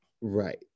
Right